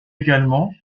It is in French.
également